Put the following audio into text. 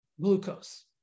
glucose